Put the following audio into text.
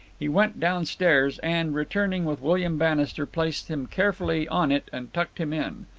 he went downstairs, and, returning with william bannister, placed him carefully on it and tucked him in.